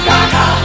Gaga